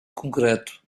concreto